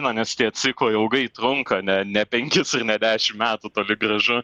na nes tie ciklai ilgai trunka ne ne penkis ne dešim metų toli gražu